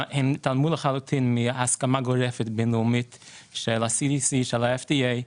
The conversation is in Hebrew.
הם התעלמו מהסכמה גורפת בין-לאומית של ה-CDC ושל ה-FDA,